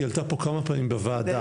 היא עלתה פה כמה פעמים בוועדה,